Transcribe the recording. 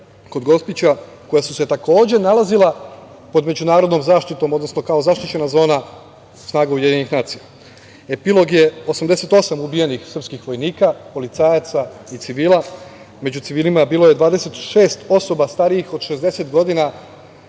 kod Gospića, koja su se takođe nalazila pod međunarodnom zaštitom, odnosno kao zaštićena zona snaga UN. Epilog je 88 ubijenih sprskih vojnika, policajaca i civila. Među civilima je bilo 26 osoba starijih od 60 godina,